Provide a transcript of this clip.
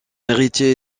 héritier